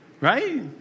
Right